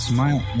Smile